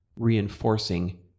reinforcing